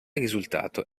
risultato